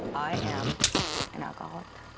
i am an alcoholic.